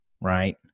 right